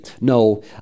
No